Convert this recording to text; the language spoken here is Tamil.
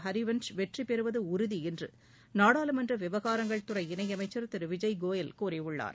ஹரிவன்ஷ் வெற்றி பெறுவது உறுதி என்று நாடாளுமன்ற விவகாரங்கள் துறை இணையமைச்சர் திரு விஜய் கோயல் கூறியுள்ளார்